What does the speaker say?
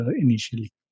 initially